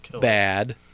Bad